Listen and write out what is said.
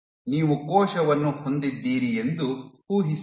ನೀವು ಕೋಶವನ್ನು ಹೊಂದಿದ್ದೀರಿ ಎಂದು ಊಹಿಸಿರಿ